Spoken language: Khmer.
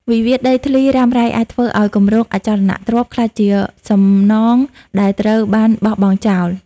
វិវាទដីធ្លីរ៉ាំរ៉ៃអាចធ្វើឱ្យគម្រោងអចលនទ្រព្យ ក្លាយជាសំណង់ដែលត្រូវបានបោះបង់ចោល។